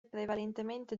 prevalentemente